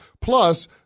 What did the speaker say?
Plus